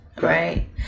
Right